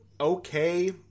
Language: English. okay